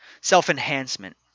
self-enhancement